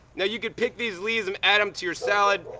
now you could pick these leaves and add them to your salad.